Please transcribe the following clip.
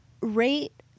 rate